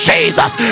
Jesus